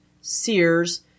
Sears